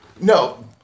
No